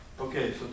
Okay